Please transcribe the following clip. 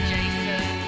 Jason